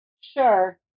Sure